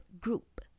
group